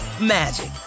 magic